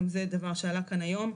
שגם זה דבר שעלה כאן היום.